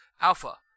Alpha